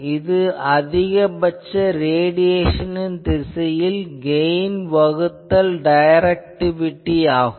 இது அதிகபட்ச ரேடியேசனின் திசையில் கெயின் வகுத்தல் டைரக்டிவிட்டி ஆகும்